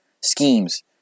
schemes